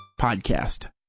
podcast